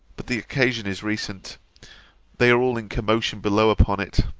but the occasion is recent they are all in commotion below upon it.